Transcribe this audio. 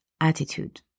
attitude